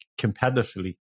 competitively